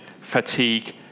fatigue